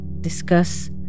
discuss